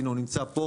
הנה הוא נמצא פה.